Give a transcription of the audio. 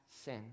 sin